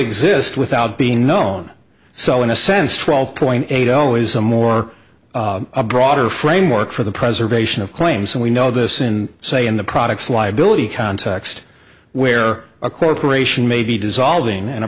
exist without being known so in a sense twelve point eight zero is a more broader framework for the preservation of claims and we know this in say in the products liability context where a corporation may be dissolving and a